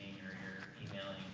you're here emailing,